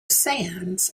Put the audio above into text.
sands